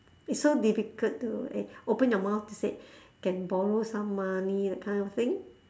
it's so difficult to eh open your mouth to say can borrow some money that kind of thing